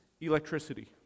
electricity